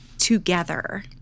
together